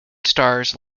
stars